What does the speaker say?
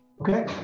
Okay